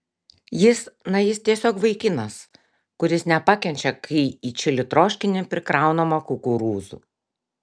jis na jis tiesiog vaikinas kuris nepakenčia kai į čili troškinį prikraunama kukurūzų